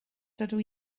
dydw